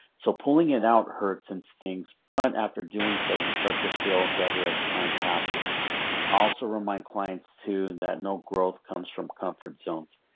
so pulling it out hurts and stings, but after doing so, you start to feel better as time passes. i also remind clients too that no growth comes from comfort zones,